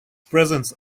presence